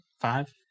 five